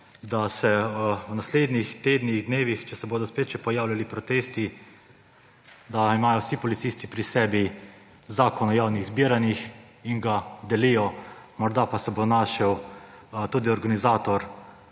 da se v naslednjih tednih, dnevih, če se bodo spet še pojavljali protesti, da imajo vsi policisti pri sebi Zakon o javnih zbiranjih in ga delijo, morda pa se bo našel tudi organizator